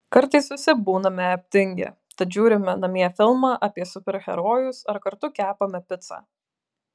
kartais visi būname aptingę tad žiūrime namie filmą apie super herojus ar kartu kepame picą